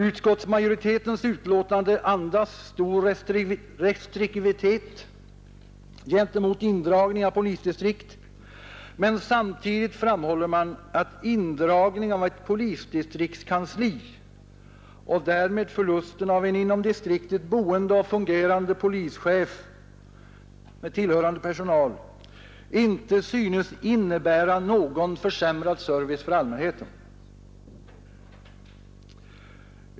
Utskottsmajoritetens utlåtande andas stor restriktivitet gentemot indragning av polisdistrikt, men samtidigt framhåller man att indragning av ett polisdistriktskansli och därmed förlusten av en inom distriktet boende och fungerande polischef med tillhörande personal inte synes innebära någon försämrad service för allmänheten.